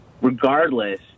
regardless